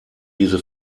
diese